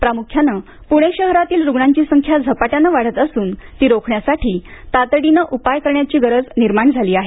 प्रामुख्यानं पुणे शहरातील रुग्णांची संख्या झपाट्यानं वाढत असून ती रोखण्यासाठी तातडीनं उपाय करण्याची गरज निर्माण झाली आहे